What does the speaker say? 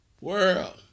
world